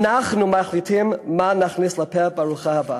אנחנו מחליטים מה נכניס לפה בארוחה הבאה.